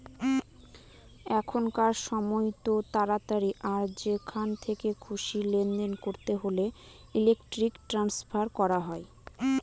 এখনকার সময়তো তাড়াতাড়ি আর যেখান থেকে খুশি লেনদেন করতে হলে ইলেক্ট্রনিক ট্রান্সফার করা হয়